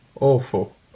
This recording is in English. Awful